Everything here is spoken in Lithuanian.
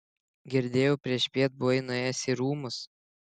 girdėjau priešpiet buvai nuėjęs į rūmus